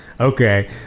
okay